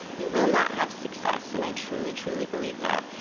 you will not have success. and i truly, truly believe that.